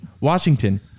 Washington